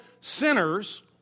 sinners